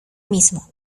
mismo